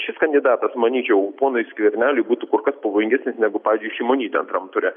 šis kandidatas manyčiau ponui skverneliui būtų kur kas pavojingesnis negu pavyzdžiui šimonytė antram ture